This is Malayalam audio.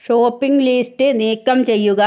ഷോപ്പിംഗ് ലിസ്റ്റ് നീക്കം ചെയ്യുക